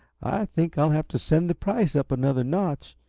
think i'll have to send the price up another notch,